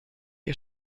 ihr